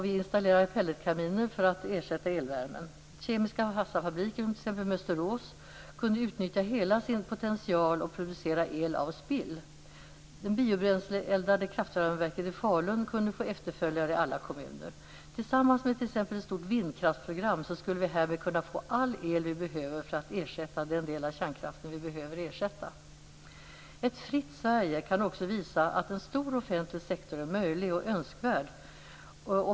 Vi installerar pelletkaminer för att ersätta elvärmen. De kemiska massafabrikerna skulle, som i Mönsterås, kunna utnyttja hela sin potential för att producera el av spill. Det biobränsleeldade kraftvärmeverket i Falun skulle kunna få efterföljare i alla kommuner. Tillsammans med t.ex. ett stort vindkraftsprogram skulle vi därmed kunna få all el vi behöver för att ersätta den del av kärnkraften som behöver ersättas. Ett fritt Sverige kan också visa att en stor offentlig sektor är möjlig och önskvärd.